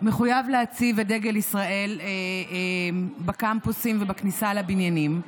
מחויב להציב את דגל ישראל בקמפוסים ובכניסה לבניינים.